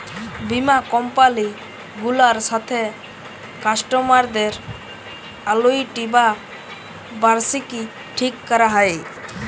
বীমা কমপালি গুলার সাথে কাস্টমারদের আলুইটি বা বার্ষিকী ঠিক ক্যরা হ্যয়